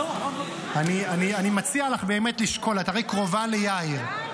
אני מציע לך באמת לשקול, את הרי קרובה ליאיר.